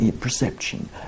perception